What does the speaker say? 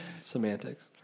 semantics